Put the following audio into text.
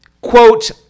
quote